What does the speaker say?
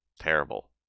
Terrible